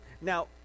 now